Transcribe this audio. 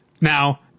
now